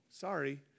sorry